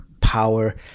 power